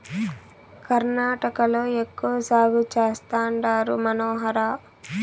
కర్ణాటకలో ఎక్కువ సాగు చేస్తండారు మనోహర